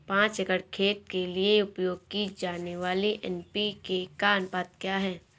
पाँच एकड़ खेत के लिए उपयोग की जाने वाली एन.पी.के का अनुपात क्या है?